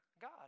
God